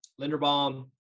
linderbaum